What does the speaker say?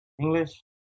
English